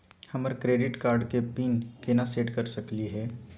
हमर credit card के pin केना सेट कर सकली हे?